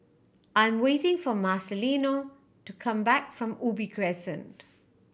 I'm waiting for Marcelino to come back from Ubi Crescent